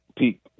Pete